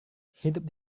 hidup